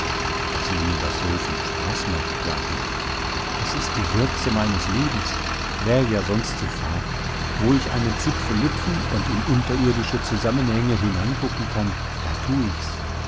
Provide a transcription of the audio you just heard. daß ihnen das so viel spaß macht sag ich es ist die würze meines lebens wär ja sonst zu fad wo ich einen zipfel lupfen und in unterirdische zusammenhänge hineingucken kann da tu ich's